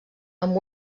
amb